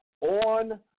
on